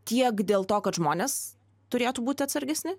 tiek dėl to kad žmonės turėtų būti atsargesni